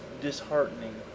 disheartening